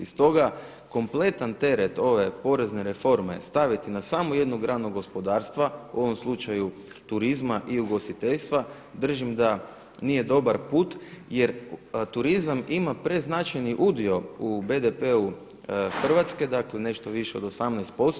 Stoga kompletan teret ove porezne reforme staviti na samo jednu granu gospodarstva u ovom slučaju turizma i ugostiteljstva držim da nije dobar put je turizam ima preznačajni udio u BDP-u Hrvatske, dakle nešto više od 18%